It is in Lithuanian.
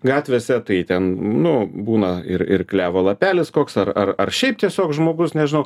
gatvėse tai ten nu būna ir ir klevo lapelis koks ar ar ar šiaip tiesiog žmogus nežinau